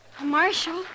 Marshall